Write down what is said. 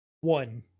one